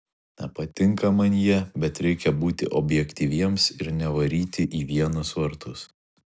nepatinka man jie bet reikia būti objektyviems ir nevaryti į vienus vartus